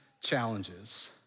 challenges